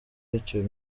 youtube